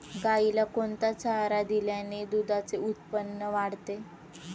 गाईला कोणता चारा दिल्याने दुधाचे उत्पन्न वाढते?